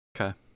Okay